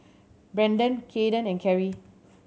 Brendan Kaeden and Carry